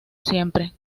siempre